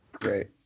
Great